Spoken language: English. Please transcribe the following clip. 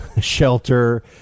shelter